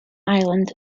island